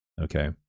Okay